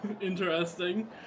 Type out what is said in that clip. interesting